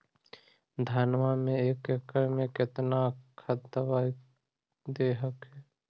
धनमा मे एक एकड़ मे कितना खदबा दे हखिन?